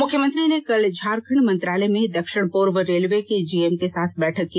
मुख्यमंत्री ने कल झारखंड मंत्रालय में दक्षिण पूर्व रेलवे के जीएम के साथ बैठक की